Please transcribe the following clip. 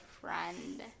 friend